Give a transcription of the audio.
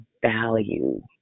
value